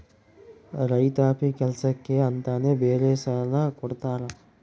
ರೈತಾಪಿ ಕೆಲ್ಸಕ್ಕೆ ಅಂತಾನೆ ಬೇರೆ ಸಾಲ ಕೊಡ್ತಾರ